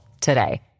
today